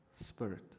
spirit